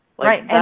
right